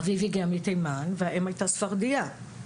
אביו הגיע מתימן והאם הייתה ספרדייה,